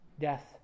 Death